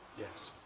yes.